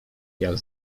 jak